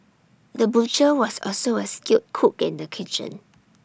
the butcher was also A skilled cook in the kitchen